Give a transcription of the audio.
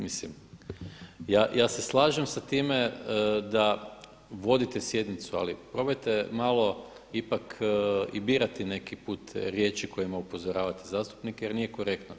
Mislim, ja se slažem sa time da vodite sjednicu ali probajte malo ipak i birati neki put riječi kojima upozoravate zastupnike jer nije korektno to.